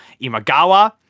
imagawa